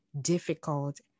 difficult